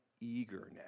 eagerness